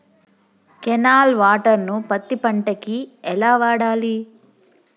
Canal water ను పత్తి పంట కి ఎలా వాడాలి?